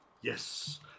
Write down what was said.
Yes